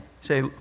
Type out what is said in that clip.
say